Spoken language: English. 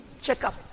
checkup